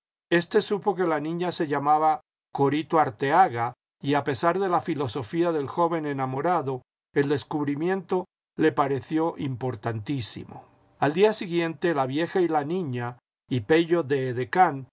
este supo que la niña se llamaba corito arteaga y a pesar de la filosofía del joven enamorado el descubrimiento le pareció importantísimo al día siguiente la vieja y la niña y pello de edecán